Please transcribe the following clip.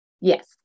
Yes